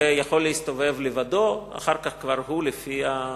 הוא יכול להסתובב לבדו, אחר כך, לפי החלטתו,